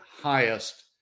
highest